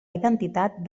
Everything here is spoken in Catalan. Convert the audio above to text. identitat